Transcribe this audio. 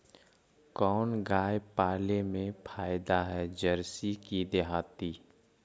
कोन गाय पाले मे फायदा है जरसी कि देहाती?